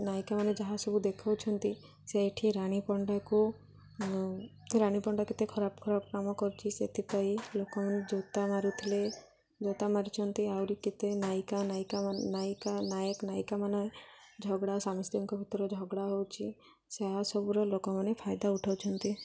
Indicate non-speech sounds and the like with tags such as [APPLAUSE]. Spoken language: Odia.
ନାୟିକାମାନେ ଯାହା ସବୁ ଦେଖାଉଛନ୍ତି ସେଇଠି ରାଣୀ ପଣ୍ଡାକୁ [UNINTELLIGIBLE] ରାଣୀ ପଣ୍ଡା କେତେ ଖରାପ ଖରାପ କାମ କରୁଛି ସେଥିପାଇଁ ଲୋକମାନେ ଜୋତା ମାରୁଥିଲେ ଜୋତା ମାରୁଛନ୍ତି ଆହୁରି କେତେ ନାୟିକା ନାୟିକା ନାୟିକାମାନେ ଝଗଡ଼ା ସ୍ୱାମୀ ସ୍ତ୍ରୀଙ୍କ ଭିତରେ ଝଗଡ଼ା ହେଉଛି ସେ ସବୁର ଲୋକମାନେ ଫାଇଦା ଉଠାଉଛନ୍ତି